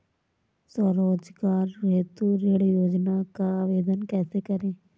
स्वरोजगार हेतु ऋण योजना का आवेदन कैसे करें?